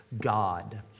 God